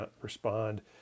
respond